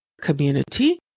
Community